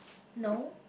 no